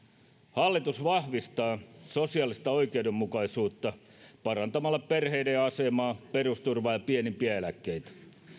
hallitus vahvistaa sosiaalista oikeudenmukaisuutta parantamalla perheiden asemaa perusturvaa ja pienimpiä eläkkeitä